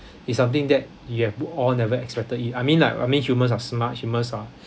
it's something that we have all never expected it I mean like I mean humans are smart humans are